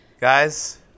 Guys